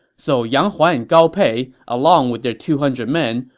so yang huai and gao pei, along with their two hundred men,